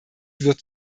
wird